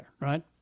right